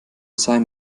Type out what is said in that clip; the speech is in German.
sein